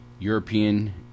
European